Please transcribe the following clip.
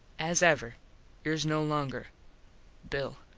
as ever yours no longer bill